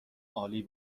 عالی